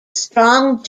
strong